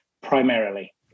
primarily